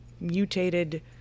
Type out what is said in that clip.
mutated